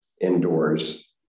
indoors